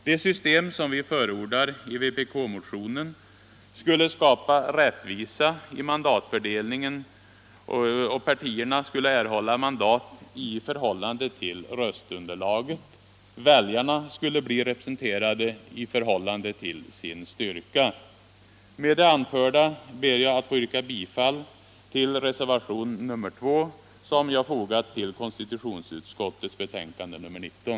Det system som vi förordar i vpk-motionen skulle skapa rättvisa i mandatfördelningen, och partierna skulle erhålla mandat i förhållande till röstunderlaget. Väljarna skulle bli representerade i förhållande till sin styrka. Med det anförda ber jag att få yrka bifall till reservationen 2, som jag har fogat till konstitutionsutskottets betänkande nr 19.